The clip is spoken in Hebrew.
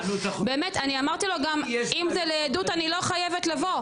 אני אמרתי לו גם, אם זה לעדות אני לא חייבת לבוא.